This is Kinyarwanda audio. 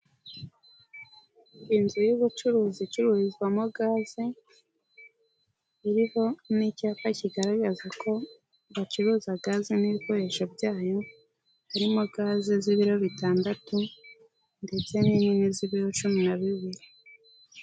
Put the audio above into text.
Inzu y'ubucuruzi icururizwamo gaze iriho n'icyapa kigaragaza ko bacuruza gaze n'ibikoresho byayo, harimo gaze z'ibiro bitandatu ndetse n'inini z'ibiro cumi na bibiri.